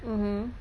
mmhmm